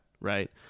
right